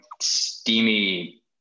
steamy